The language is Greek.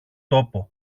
τόπο